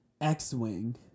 X-Wing